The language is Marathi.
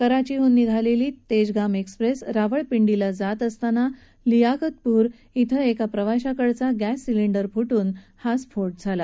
कराचीहन निघालेली तेजगाम एक्सप्रेस रावळपिंडीला जात असताना लियाकतपूर इथं एका प्रवाशाकडचा गॅस सिलेंडर फ्टून हा स्फोट झाला